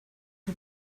man